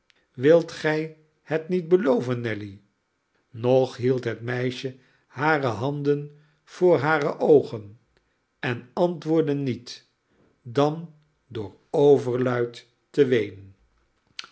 wilt gij het niet beloven nelly nog hield het meisje hare handen voor hare oogen en antwoordde niet dan door overluid te weenen